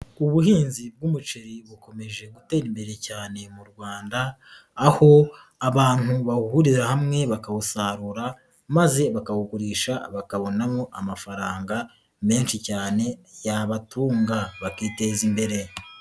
Ubuhinzi bw'umuceri bukomeje gutera imbere cyane mu Rwanda, aho abantu bahurira hamwe bakawusarura, maze bakawugurisha bakabonamo amafaranga menshi cyane yabatunga bakiteza imbere.